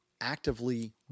actively